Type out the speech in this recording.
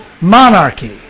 monarchy